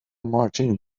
marching